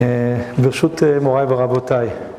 אה.. ברשות מוריי ורבותיי.